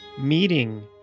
meeting